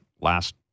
last